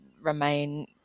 remain